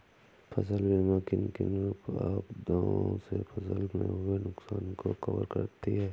फसल बीमा किन किन आपदा से फसल में हुए नुकसान को कवर करती है